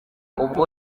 ubwo